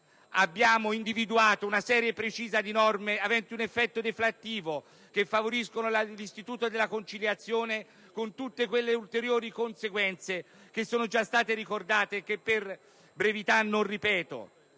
Abbiamo individuato una serie precisa di norme aventi un effetto deflattivo che favoriscono l'istituto della conciliazione con tutte le ulteriori conseguenze già ricordate e che per brevità non ripeto.